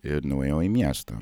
ir nuėjau į miestą